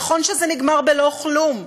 נכון שזה נגמר בלא כלום,